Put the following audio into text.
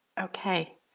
Okay